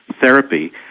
therapy